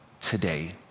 today